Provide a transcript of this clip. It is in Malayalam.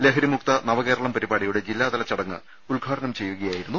ലഹരിമുക്ത നവകേരളം പരിപാടി യുടെ ജില്ലാതല ചടങ്ങ് ഉദ്ഘാടനം ചെയ്യുകയായിരുന്നു മന്ത്രി